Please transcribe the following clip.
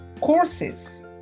courses